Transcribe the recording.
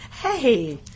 Hey